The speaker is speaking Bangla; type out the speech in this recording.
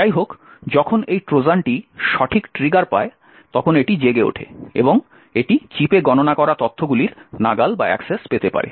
যাইহোক যখন এই ট্রোজানটি সঠিক ট্রিগার পায় তখন এটি জেগে ওঠে এবং এটি চিপে গণনা করা তথ্যগুলির নাগাল পেতে পারে